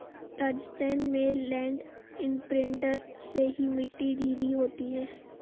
राजस्थान में land imprinter से ही मिट्टी ढीली होती है